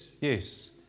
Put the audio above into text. yes